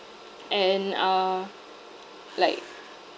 and uh like